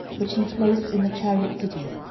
which he placed in the chariot cities,